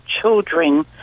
children